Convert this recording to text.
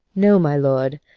no, my lord,